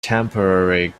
temporary